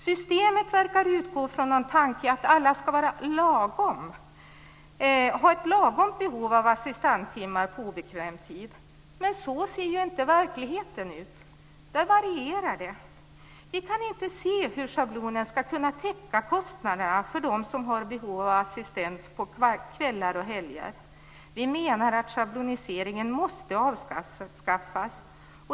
Systemet verkar utgå från tanken att alla skall vara lagom - ha ett lagom behov av assistanstimmar på obekväm tid. Men så ser ju inte verkligheten ut. Där varierar det. Vi kan inte se hur schablonen skall kunna täcka kostnaderna för dem som har behov av assistans på kvällar och helger. Vi menar att schabloniseringen måste avskaffas.